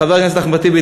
חבר הכנסת אחמד טיבי,